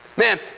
Man